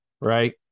right